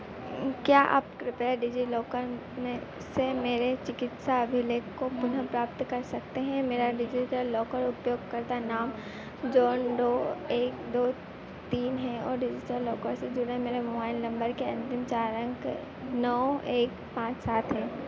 क्या आप कृपया डिजिलॉकर में से मेरे चिकित्सा अभिलेख को पुनः प्राप्त कर सकते हैं मेरा डिजिटल लॉकर उपयोगकर्ता नाम जॉन डो एक दो तीन है और डिज़िटल लॉकर से जुड़े मेरे मोबाइल नंबर के अंतिम चार अंक नौ एक पाँच सात है